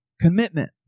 commitment